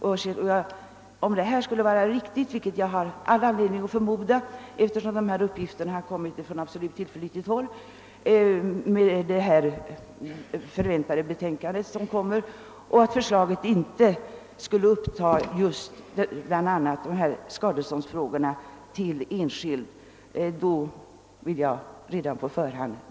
Om de uppgifter jag har fått är riktiga — vilket jag har all anledning att förmoda, eftersom de lämnats från absolut tillförlitligt håll — och förslaget alltså inte kommer att ta upp frågan om skadestånd till enskilda, beklagar jag detta redan på förhand.